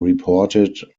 reported